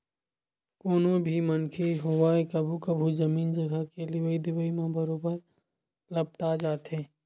कोनो भी मनखे होवय कभू कभू जमीन जघा के लेवई देवई म बरोबर लपटा जाथे